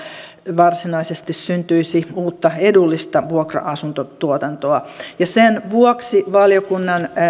varsinaisesti syntyisi uutta edullista vuokra asuntotuotantoa sen vuoksi valiokunnan